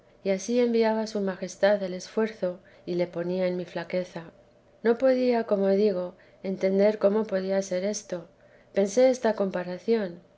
y ansí enviaba su majestad el esfuerzo y le ponía en mi flaqueza no podía como digo entender cómo podía ser esto pensé esta comparación